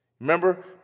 Remember